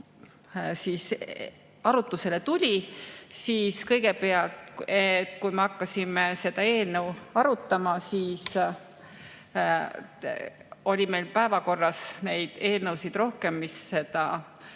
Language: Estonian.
arutlusele tuli, siis kõigepealt, kui me hakkasime seda eelnõu arutama, oli meil päevakorras neid eelnõusid, mis seda